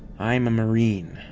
i'm a marine.